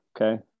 Okay